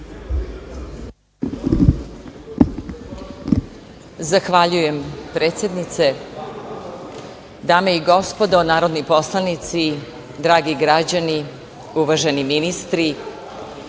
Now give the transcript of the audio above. Zahvaljujem predsednice. Dame i gospodo narodni poslanici, dragi građani, uvaženi ministri,